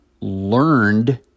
learned